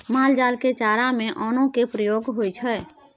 माल जाल के चारा में अन्नो के प्रयोग होइ छइ